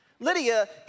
Lydia